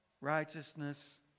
righteousness